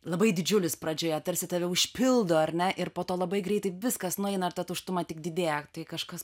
labai didžiulis pradžioje tarsi tave užpildo ar na ir po to labai greitai viskas nueina ta tuštuma tik didėja tai kažkas